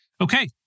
Okay